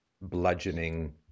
bludgeoning